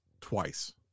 twice